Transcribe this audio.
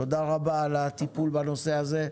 תודה רבה על הטיפול בנושא הזה.